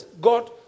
God